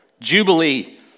Jubilee